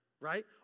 right